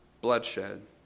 bloodshed